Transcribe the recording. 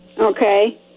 Okay